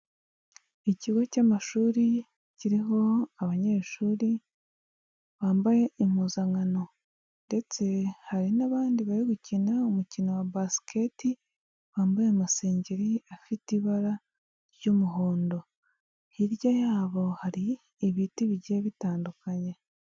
Ikigo cy'amashuri kiriho abanyeshuri bambaye impuzankano, ndetse hari n'abandi bari gukina umukino wa basket, bambaye amasengeri afite ibara ry'umuhondo. Hirya yabo hari ibiti bigiye bitandukanye.